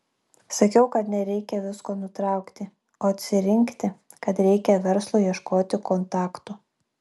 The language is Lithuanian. sakiau kad nereikia visko nutraukti o atsirinkti kad reikia verslui ieškoti kontaktų